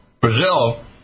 Brazil